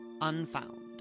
Unfound